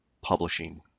publishing